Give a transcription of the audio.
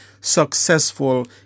successful